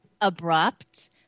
Abrupt